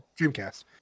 Dreamcast